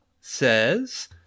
says